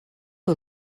who